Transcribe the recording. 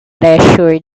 treasure